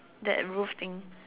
that roof thing